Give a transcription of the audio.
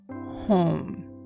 home